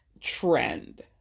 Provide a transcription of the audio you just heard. trend